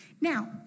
Now